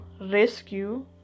rescue